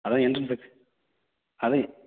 அதான் என்ட்ரன்ஸ் எக்ஸ் அதான்